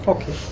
Okay